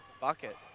bucket